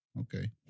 Okay